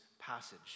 passage